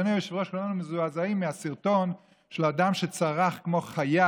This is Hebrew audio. כולם מזועזעים מהסרטון של אדם שצרח כמו חיה